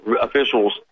officials